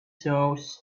shows